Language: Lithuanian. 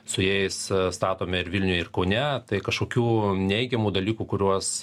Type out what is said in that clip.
su jais statome ir vilniuje ir kaune tai kažkokių neigiamų dalykų kuriuos